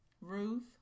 Ruth